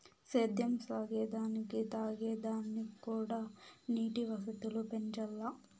సేద్యం సాగే దానికి తాగే దానిక్కూడా నీటి వసతులు పెంచాల్ల